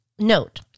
note